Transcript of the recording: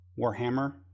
Warhammer